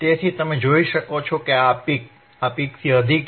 તેથી તમે જોઈ શકો છો કે આ પિક આ પિકથી અધિક છે